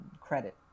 credit